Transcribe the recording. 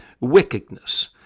wickedness